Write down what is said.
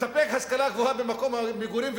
לספק השכלה גבוהה קרוב למקום המגורים,